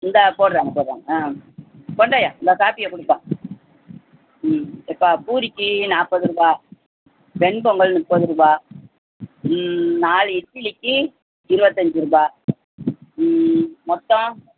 இந்தா போடுறாங்க போடுறாங்க ஆ கொண்டாய்யா இந்த காப்பியை கொடுப்பா ம் அப்பா பூரிக்கு நாற்பது ரூபாய் வெண்பொங்கல் முப்பது ரூபாய் நாலு இட்டிலிக்கு இருபத்தஞ்சி ரூபாய் மொத்தம்